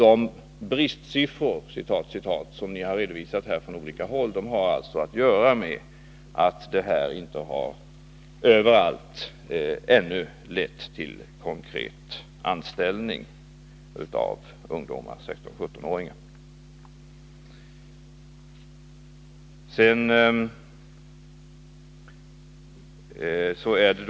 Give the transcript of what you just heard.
De ”bristsiffror” som ni har redovisat från olika håll har alltså att göra med att det inte överallt lett till konkret anställning ännu när det gäller ungdomar i 16-17-årsåldern.